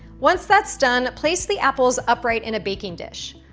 once that's done place the apples upright in a baking dish.